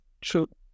true